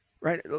right